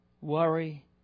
worry